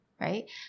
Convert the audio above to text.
Right